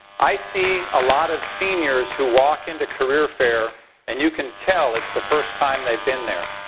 i see a lot of seniors who walk into career fair and you can tell it's the first time they've been there.